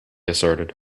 asserted